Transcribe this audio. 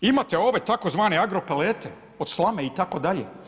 Imate ove tzv. agropalete od slame itd.